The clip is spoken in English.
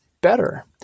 better